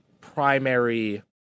primary